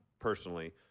Personally